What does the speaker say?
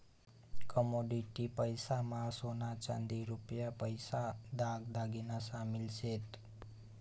commodity पैसा मा सोना चांदी रुपया पैसा दाग दागिना शामिल शेत